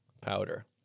Powder